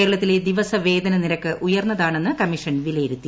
കേരളത്തിലെ ദിവസവേതന നിരക്ക് ഉയർന്നതാണെന്ന് കമ്മിഷൻ വിലയിരുത്തി